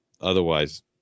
Otherwise